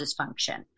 dysfunction